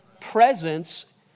presence